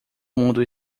mundo